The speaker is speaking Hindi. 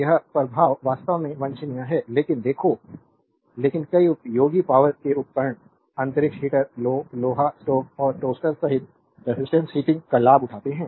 यह प्रभाव वास्तव में वांछनीय नहीं है लेकिन देखो लेकिन कई उपयोगी पावरके उपकरण अंतरिक्ष हीटर लोहा स्टोव और टोस्टर सहित रेजिस्टेंस हीटिंग का लाभ उठाते हैं